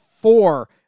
four